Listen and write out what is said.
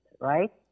right